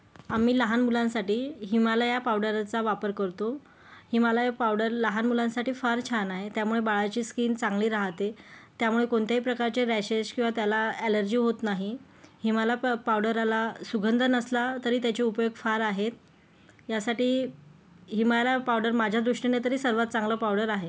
आम्ही लहान मुलांसाठी हिमालया पावडरचा वापर करतो हिमालय पावडर लहान मुलांसाठी फार छान आहे त्यामुळे बाळाची स्किन चांगली राहते त्यामुळे कोणत्याही प्रकारचे रॅशेस किंवा त्याला ॲलर्जी होत नाही हिमालया प पावडरला सुगंध नसला तरी त्याचे उपयोग फार आहेत यासाठी हिमालय पावडर माझ्या दृष्टीने तरी सर्वांत चांगलं पावडर आहे